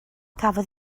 cafodd